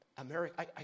America